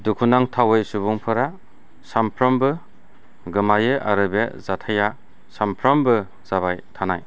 दुखुनांथावै सुबुंफोरा सामफ्रोमबो गोमायो आरो बे जाथायआ सामफ्रोबो जाबाय थानाय